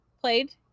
played